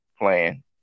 playing